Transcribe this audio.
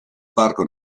parco